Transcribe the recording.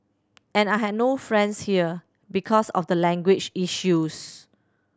and I had no friends here because of the language issues